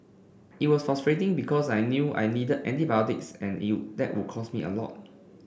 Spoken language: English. it was frustrating because I knew I needed antibiotics and you that would cost me a lot